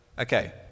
Okay